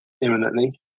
imminently